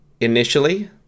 initially